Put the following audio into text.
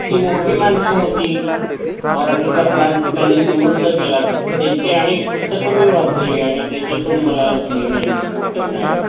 ही मोठी माणसं होती मराठीचा प्रांत त्यानी समृद्ध केला त्यांची अनेक पुस्तकं मी वाचली आणि त्याच्यातून मला लिहिण्याची स्फूर्ती मिळाली